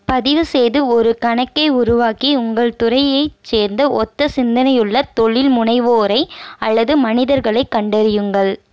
பதிவுசெய்து ஒரு கணக்கை உருவாக்கி உங்கள் துறையைச் சேர்ந்த ஒத்த சிந்தனையுள்ள தொழில்முனைவோரை அல்லது மனிதர்களை கண்டறியுங்கள்